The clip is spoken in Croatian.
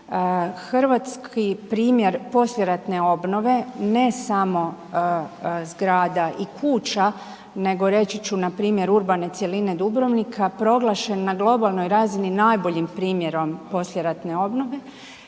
hrvatski primjer poslijeratne obnove ne samo zgrada i kuća nego reći ću npr. urbane cjeline Dubrovnika proglašen na globalnoj razini najboljim primjerom poslijeratne obnove.